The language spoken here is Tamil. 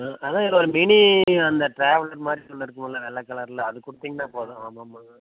அதுதான் ஒரு மினி அந்த ட்ராவல் மாதிரி ஒன்று இருக்குமில்ல வெள்ளை கலரில் அது கொடுத்தீங்கனா போதும் ஆமாம் ஆமாங்க